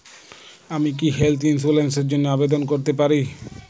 আমি কি health insurance র জন্য আবেদন করতে পারি?